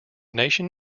nation